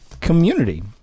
community